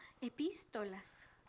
Epístolas